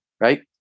right